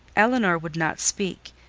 elinor would not speak.